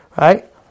Right